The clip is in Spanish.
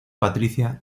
patricia